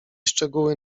szczegóły